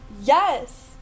Yes